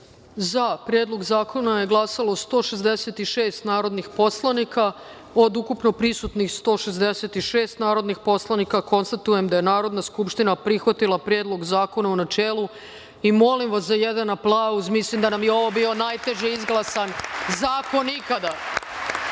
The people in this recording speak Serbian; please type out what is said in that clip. za Predlog zakona je glasalo 166 narodnih poslanika, od ukupno prisutnih 166 narodnih poslanika. Konstatujem da je narodna Skupština prihvatila Predlog zakona, u načelu. Molim vas za jedan aplauz. Mislim da nam je ovo bio najteže izglasan zakona